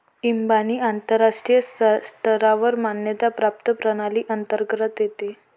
इबानी आंतरराष्ट्रीय स्तरावर मान्यता प्राप्त प्रणाली अंतर्गत येते